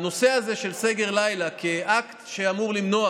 הנושא הזה של סגר לילה כאקט שאמור למנוע